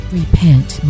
repent